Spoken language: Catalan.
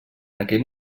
aquell